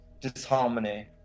disharmony